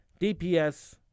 DPS